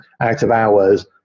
out-of-hours